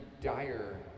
dire